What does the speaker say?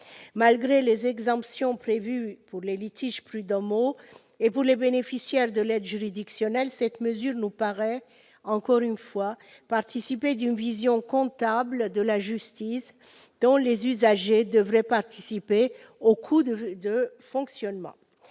Malgré les exemptions prévues pour les litiges prud'homaux et pour les bénéficiaires de l'aide juridictionnelle, cette mesure nous paraît, encore une fois, participer d'une vision comptable de la justice, dont les « usagers » devraient participer à la couverture du coût de fonctionnement.